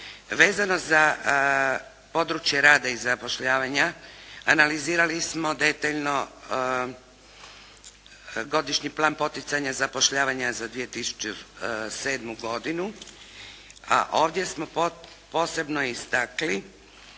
Vezano za područje rada i zapošljavanja analizirali smo detaljno godišnji plan poticanja i zapošljavanja za 2007. godinu, a ovdje smo posebno istakli